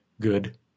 good